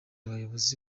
abayobozi